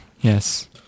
Yes